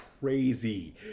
crazy